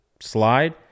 slide